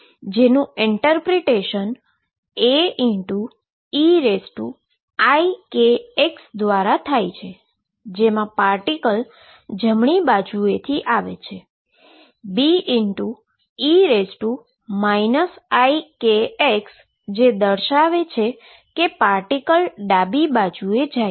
જેનુ interpretation Aeikx દ્વારા થાય છે જેમા પાર્ટીકલ જમણી બાજુએથી આવે છે અને Be ikx જે દર્શાવે છે કે પાર્ટીકલ ડાબી બાજુએ જાય છે